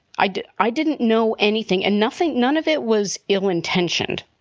i didn't i didn't know anything. and nothing. none of it was ill intentioned.